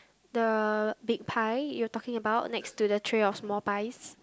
the big pie you are talking about next to the tray of small pies